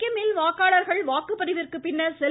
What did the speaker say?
சிக்கிமில் வாக்காளர்கள் வாக்குப்பதிவிற்கு பின்னர் செல்